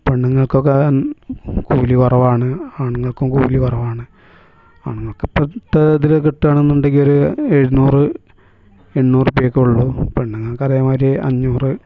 പെണ്ണുങ്ങൾക്കൊക്കെ കൂലി കുറവാണ് ആണുങ്ങൾക്കും കൂലി കുറവാണ് ആണുങ്ങൾക്ക് ഇപ്പം ഇതിൽ കിട്ടുകയാണെന്നുണ്ടെങ്കിൽ ഒരു എഴുന്നൂറ് എണ്ണൂറു ഉറുപ്പ്യ ഒക്കെ ഉള്ളു പെണ്ണുങ്ങൾക്കതേമാതിരി അഞ്ഞൂറ്